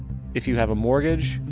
if you have a mortgage,